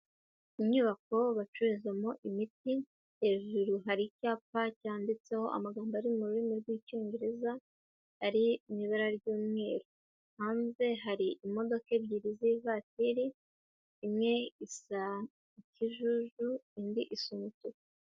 Inyubako bacururizamo imiti, hejuru hari icyapa cyanditseho amagambo ari mu rurimi rw'icyongereza, ari mu ibara ry'umweru. Hanze hari imodoka ebyiri z'ivatiri, imwe isa ikijuju, indi isa umutuku.